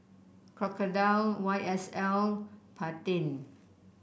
Crocodile Y S L Pantene